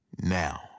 Now